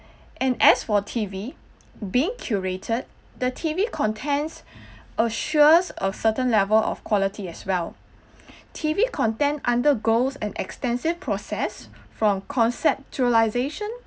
and as for T_V being curated the T_V contents assures of certain level of quality as well T_V content undergoes an extensive process from conceptualization